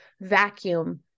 vacuum